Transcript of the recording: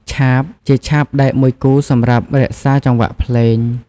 ឆាប ជាឆាបដែកមួយគូសម្រាប់រក្សាចង្វាក់ភ្លេង។